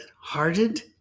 hearted